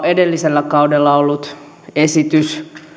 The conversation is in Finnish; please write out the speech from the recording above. edellisellä kaudella ollut esitys